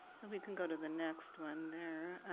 and we can go to the next one there.